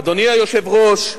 אדוני היושב-ראש,